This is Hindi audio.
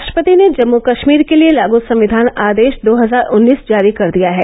राष्ट्रपति ने जम्मू कश्मीर के लिए लागू संविधान आदेश दो हजार उन्नीस जारी कर दिया है